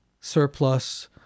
surplus